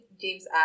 James